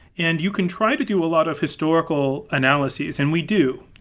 and you can try to do a lot of historical analyses, and we do.